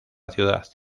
ciudad